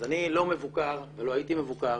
אני לא מבוקר ולא הייתי מבוקר